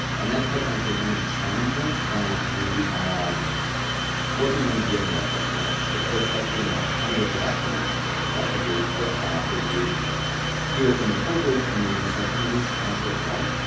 and that, quite frankly, is one of the challenges that we are working on dealing with right now, because they expect we're going to have hundreds of documents that the group will have reviewed here in the full group and then in subcommittees, as they're formed.